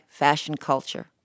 fashionculture